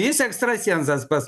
jis ekstrasensas pas